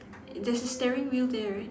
there's a steering wheel there right